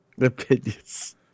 Opinions